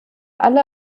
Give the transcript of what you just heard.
alle